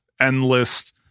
endless